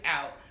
out